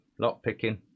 lockpicking